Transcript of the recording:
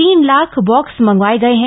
तीन लाख बॉक्स मंगवाये गए हैं